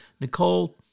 Nicole